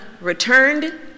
returned